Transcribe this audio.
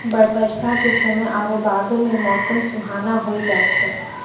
बरसा के समय आरु बादो मे मौसम सुहाना होय जाय छै